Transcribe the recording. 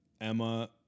Emma